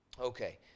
Okay